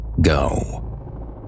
Go